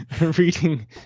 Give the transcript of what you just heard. reading